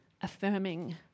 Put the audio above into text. affirming